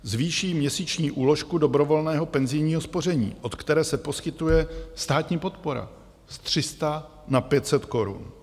Zvýší měsíční úložku dobrovolného penzijního spoření, od které se poskytuje státní podpora, z 300 na 500 korun.